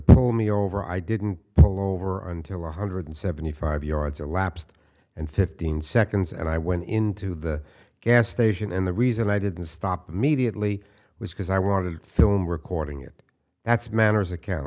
pull me over i didn't pull over until one hundred seventy five yards elapsed and fifteen seconds and i went into the gas station and the reason i didn't stop immediately was because i wanted to film recording it that's manors account